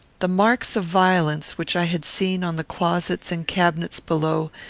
the marks of violence, which i had seen on the closets and cabinets below,